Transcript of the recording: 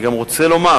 אני גם רוצה לומר